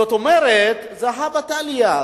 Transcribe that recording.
זאת אומרת, הא בהא תליא.